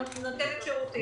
ונותנת שירותים.